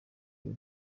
ubu